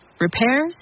repairs